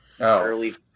early